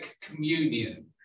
communion